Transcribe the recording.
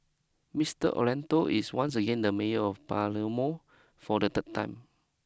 Mister Orlando is once again the mayor of Palermo for the third time